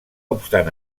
obstant